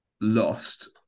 lost